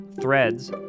Threads